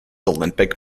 olympic